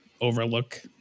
overlook